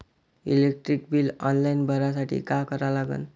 Electric bill online भरासाठी का करा लागन?